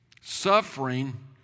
Suffering